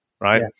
right